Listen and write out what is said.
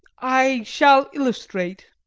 i shall illustrate.